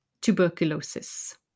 tuberculosis